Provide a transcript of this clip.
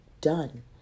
done